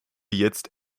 jetzt